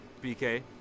BK